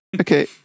okay